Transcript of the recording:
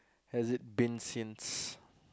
has it been since